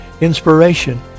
inspiration